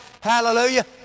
hallelujah